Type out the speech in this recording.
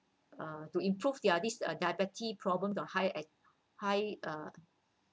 uh to improve their this uh diabetes problem to high high uh